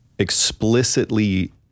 explicitly